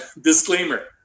Disclaimer